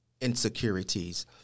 insecurities